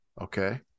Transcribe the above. Okay